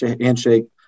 Handshake